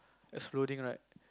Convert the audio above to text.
exploding right